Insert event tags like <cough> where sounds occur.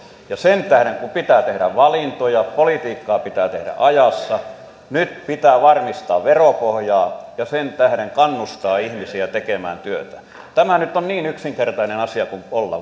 ja sen tähden kun pitää tehdä valintoja politiikkaa pitää tehdä ajassa nyt pitää varmistaa veropohjaa ja sen tähden kannustaa ihmisiä tekemään työtä tämä nyt on niin yksinkertainen asia kuin olla <unintelligible>